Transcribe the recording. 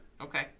Okay